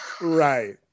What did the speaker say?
Right